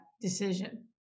decision